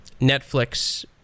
Netflix